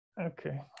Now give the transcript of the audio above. Okay